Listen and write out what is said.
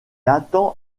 attend